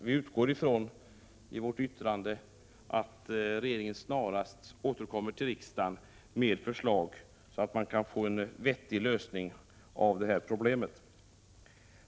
Vi utgår ifrån i vårt yttrande att regeringen snarast återkommer till riksdagen med förslag, så att man kan få en vettig lösning av det problemet.